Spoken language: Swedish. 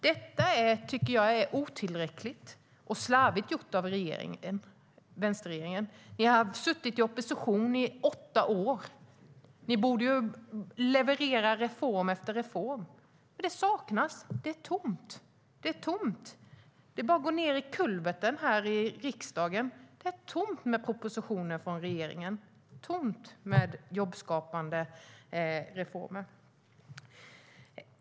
Detta är otillräckligt och slarvigt gjort av vänsterregeringen. Ni har suttit i opposition i åtta år, Ylva Johansson. Ni borde leverera reform efter reform. Men det saknas. Det är tomt. Man kan gå ned i kulverten här i riksdagen och se att det inte finns några propositioner från regeringen. Det är tomt i fråga om jobbskapande reformer.